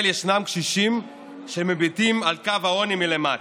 בישראל ישנם קשישים שמביטים על קו העוני מלמטה.